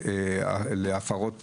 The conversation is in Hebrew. יעברו להפרות תעבורה.